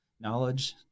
knowledge